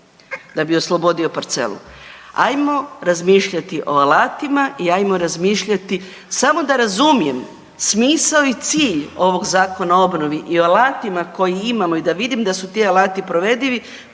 da bi oslobodio parcelu. Ajmo razmišljati o alatima i ajmo razmišljati samo da razumijem smisao i cilj ovog Zakona o obnovi i o alatima koje imamo i da vidim da su ti alati provedivi,